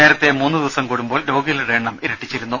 നേരത്തെ മൂന്നുദിവസം കൂടുമ്പോൾ രോഗികളുടെ എണ്ണം ഇരട്ടിച്ചിരുന്നു